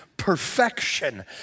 perfection